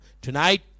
tonight